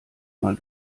mal